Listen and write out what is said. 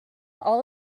all